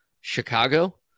Chicago